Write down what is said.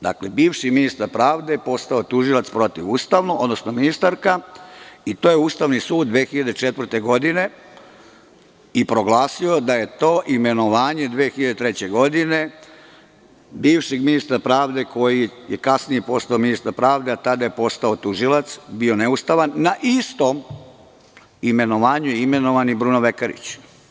Dakle, bivši ministar postao je tužilac protivustavno, odnosno ministarka i to je ustavni sud 2004. godine i proglasio da je to imenovanje 2003. godine bivšeg ministra pravde koji je kasnije postao ministar pravde, a tada je postao tužilac, bio neustavan, na istom imenovanju je imenovan i Bruno Vekarić.